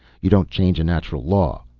you don't change a natural law.